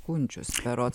kunčius berods